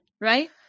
right